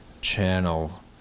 channel